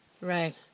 Right